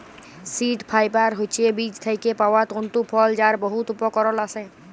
seed fibre হছে বীজ থ্যাইকে পাউয়া তল্তু ফল যার বহুত উপকরল আসে